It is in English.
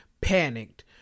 panicked